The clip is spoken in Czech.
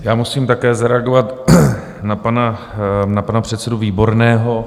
Já musím také zareagovat na pana předsedu Výborného.